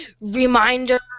reminder